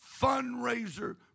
fundraiser